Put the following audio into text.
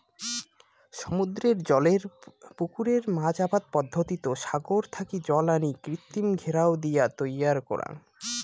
সমুদ্রের জলের পুকুরে মাছ আবাদ পদ্ধতিত সাগর থাকি জল আনি কৃত্রিম ঘেরাও দিয়া তৈয়ার করাং